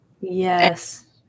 Yes